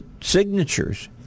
signatures